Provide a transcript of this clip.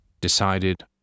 decided